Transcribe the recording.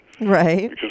right